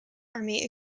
army